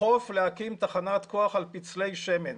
ידחוף להקים תחנת כוח על פצלי שמן.